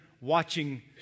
watching